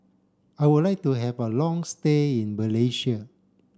I would like to have a long stay in Malaysia